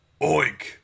Oink